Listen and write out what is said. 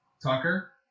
Tucker